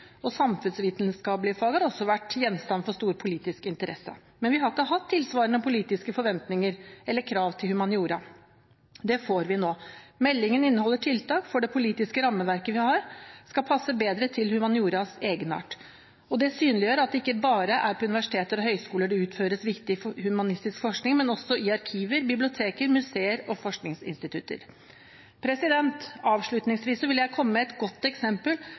har også vært gjenstand for stor politisk interesse. Men vi har ikke hatt tilsvarende politiske forventninger eller krav til humaniora. Det får vi nå. Meldingen inneholder tiltak for at det politiske rammeverket vi har, skal passe bedre til humanioras egenart. Den synliggjør at det ikke bare er på universiteter og høyskoler det utføres viktig humanistisk forskning, men også i arkiver, biblioteker, museer og forskningsinstitutter. Avslutningsvis vil jeg komme med et godt eksempel